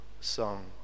song